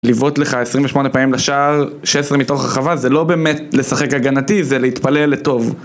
לבעוט לך 28 לפעמים לשער 16 מתוך הרחבה זה לא באמת לשחק הגנתי זה להתפלל לטוב